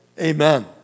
Amen